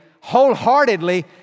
wholeheartedly